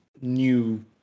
new